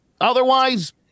Otherwise